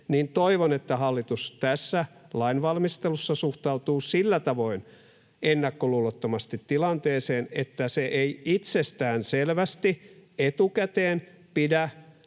niin toivottavasti se tässä lainvalmistelussa suhtautuu sillä tavoin ennakkoluulottomasti tilanteeseen, että se ei itsestään selvästi etukäteen pidä